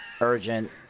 Urgent